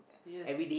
yes